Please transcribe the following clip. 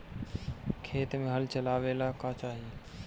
खेत मे हल चलावेला का चाही?